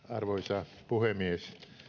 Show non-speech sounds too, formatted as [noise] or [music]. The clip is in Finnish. [unintelligible] arvoisa puhemies